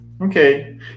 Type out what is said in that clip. Okay